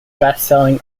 bestselling